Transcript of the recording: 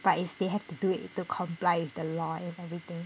but if they have to do it to comply with the law and everything